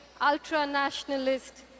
ultra-nationalist